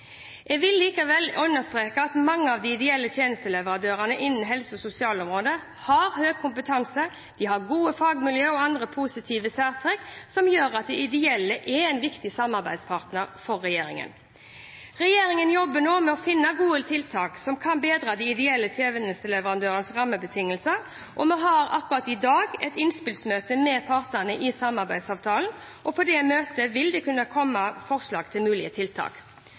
Jeg vil likevel understreke at mange av de ideelle tjenesteleverandørene innen helse- og sosialområdet har høy kompetanse, gode fagmiljøer og andre positive særtrekk som gjør at de ideelle er viktige samarbeidspartnere for regjeringen. Regjeringen jobber nå med å finne gode tiltak som kan bedre de ideelle tjenesteleverandørenes rammebetingelser. Vi har akkurat i dag et innspillsmøte med partene i samarbeidsavtalen, og på det møtet vil det kunne komme forslag til mulige tiltak.